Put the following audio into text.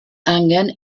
angen